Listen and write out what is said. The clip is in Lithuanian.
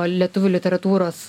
lietuvių literatūros